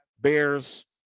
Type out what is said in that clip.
Bears